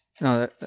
No